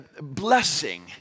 blessing